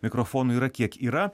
mikrofonų yra kiek yra